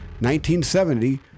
1970